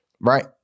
Right